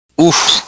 Oof